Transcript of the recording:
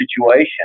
situation